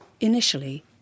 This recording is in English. Initially